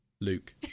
Luke